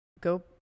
go